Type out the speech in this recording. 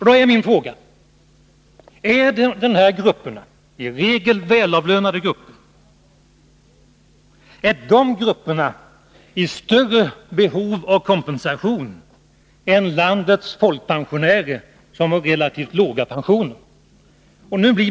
Då är min fråga: Är dessa i regel välavlönade grupper i större behov av kompensation än landets folkpensionärer, som har relativt låga pensioner?